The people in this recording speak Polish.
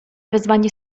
wezwanie